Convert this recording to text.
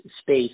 space